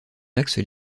axes